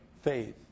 Faith